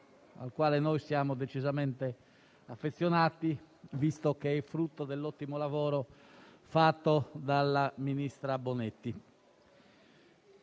al quale siamo decisamente affezionarti, visto che è frutto dell'ottimo lavoro fatto dalla ministra Bonetti.